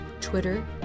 Twitter